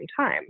time